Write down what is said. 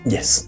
Yes